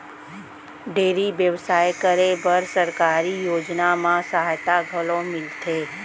dairy बेवसाय करे बर सरकारी योजना म सहायता घलौ मिलथे